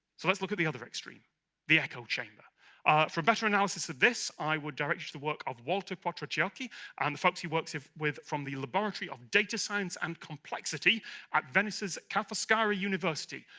so let's look at the other extreme the echo chamber for better analysis of this, i would direct you to the work of walter quatro chiaki and the folks he works it with from the laboratory of data science and complexity at venice's kalfas kara university.